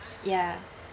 yeah